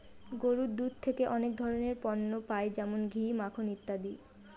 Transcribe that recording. গরুর দুধ থেকে অনেক ধরনের পণ্য পাই যেমন ঘি, মাখন ইত্যাদি